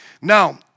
Now